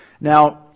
Now